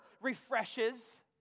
refreshes